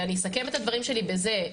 ואני אסכם את הדברים שלי בזה,